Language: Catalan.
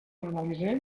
analitzem